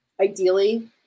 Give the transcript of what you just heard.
ideally